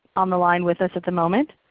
on the line with us at the moment.